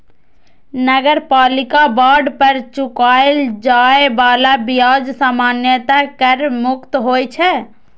नगरपालिका बांड पर चुकाएल जाए बला ब्याज सामान्यतः कर मुक्त होइ छै